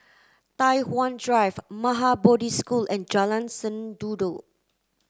Tai Hwan Drive Maha Bodhi School and Jalan Sendudok